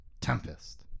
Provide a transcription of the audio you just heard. Tempest